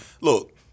look